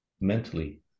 mentally